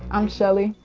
i'm shellie.